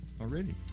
already